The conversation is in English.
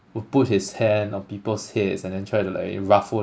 would put his hand on people's heads and then try to like eh ruffle